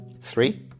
Three